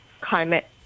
climate